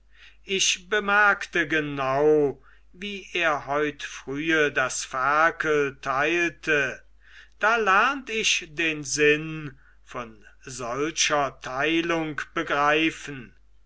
ich bemerkte genau wie er heut frühe das ferkel teilte da lernt ich den sinn von solcher teilung begreifen